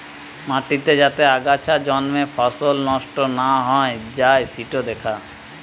মাটিতে যাতে আগাছা জন্মে ফসল নষ্ট না হৈ যাই সিটো দ্যাখা